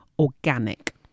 Organic